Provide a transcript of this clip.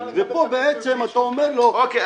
ופה בעצם אתה אומר לו ------ אוקיי,